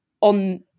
On